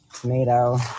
Tomato